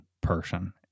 person